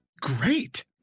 great